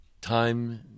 Time